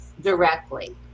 directly